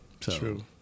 True